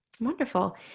wonderful